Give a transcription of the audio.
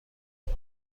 کار